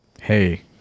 Hey